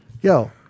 Yo